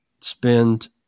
spend